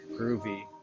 groovy